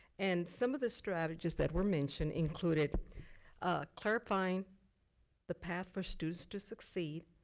and some of the strategies that were mentioned included clarifying the path for students to succeed,